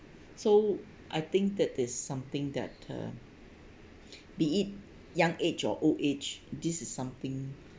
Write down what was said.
so I think that is something that uh be it young age or old age this is something